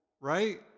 right